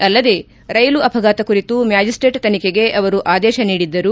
ಅಲ್ಲದೆ ರೈಲು ಅಪಘಾತ ಕುರಿತು ಮ್ಯಾಜಿಸ್ಟೇಟ್ ತನಿಖೆಗೆ ಅವರು ಆದೇಶ ನೀಡಿದ್ದರು